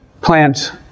plant